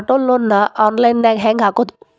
Auto loan ನ online ನ್ಯಾಗ್ ಹೆಂಗ್ ಹಾಕೊದು?